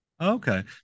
Okay